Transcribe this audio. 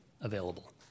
available